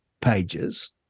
pages